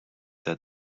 that